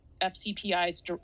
FCPI's